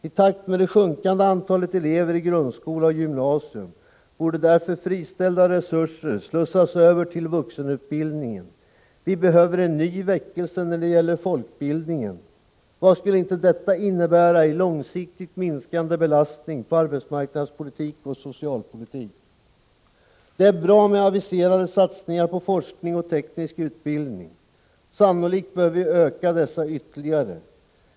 I takt med det sjunkande antalet elever i grundskolan och gymnasiet borde därför de friställda resurserna slussas över till vuxenutbildningen. Vi behöver en ny väckelse när det gäller folkbildningen. Vad skulle inte detta innebära i långsiktigt minskande belastning på arbetsmarknadspolitik och socialpolitik? Det är bra med de aviserade satsningarna på forskning och teknisk utbildning. Sannolikt bör vi öka dessa ytterligare.